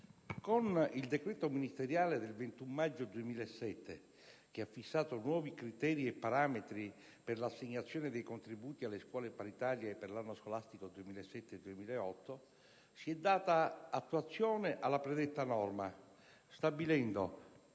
Con il decreto ministeriale del 21 maggio 2007, che ha fissato nuovi criteri e parametri per l'assegnazione dei contributi alle scuole paritarie per l'anno scolastico 2007-2008 si è data attuazione alla predetta norma, stabilendo